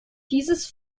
dieses